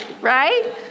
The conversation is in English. Right